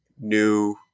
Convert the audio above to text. New